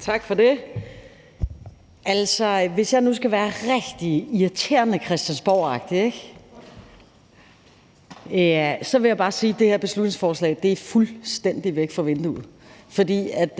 Tak for det. Hvis jeg nu skal være rigtig irriterende og christiansborgagtig, vil jeg bare sige, at det her beslutningsforslag er fuldstændig væk fra vinduet, for man